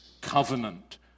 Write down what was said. covenant